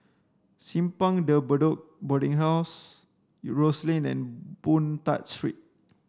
Simpang De Bedok Boarding House Rose Lane and Boon Tat Street